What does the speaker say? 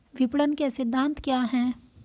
विपणन के सिद्धांत क्या हैं?